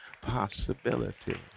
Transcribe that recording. possibility